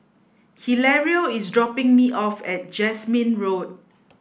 Hilario is dropping me off at Jasmine Road